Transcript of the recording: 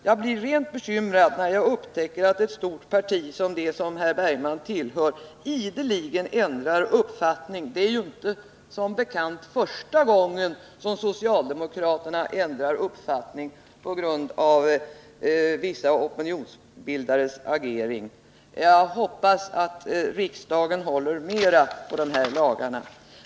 Jag blir rent bekymrad när jag upptäcker att ett stort parti, som det herr Bergman tillhör, ideligen ändrar uppfattning. Det är som bekant inte första gången socialdemokraterna ändrar uppfattning på grund av vissa opinionsbildares agerande. Jag hoppas att riksdagen håller mera på lagarna.